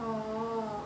oh